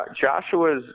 Joshua's